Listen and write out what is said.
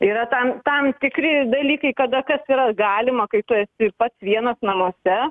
yra tam tam tikri dalykai kada kas yra galima kai tu esi pats vienas namuose